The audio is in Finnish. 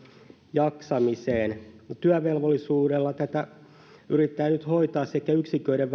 jaksamiseen työvelvollisuuden osalta tätä yritetään nyt hoitaa yksiköiden